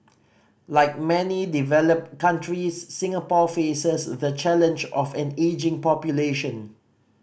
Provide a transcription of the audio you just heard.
like many developed countries Singapore faces the challenge of an ageing population